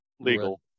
legal